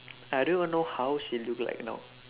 I don't even know how she look like now